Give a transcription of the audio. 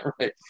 right